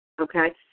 Okay